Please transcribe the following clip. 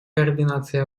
координации